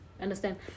understand